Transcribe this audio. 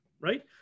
right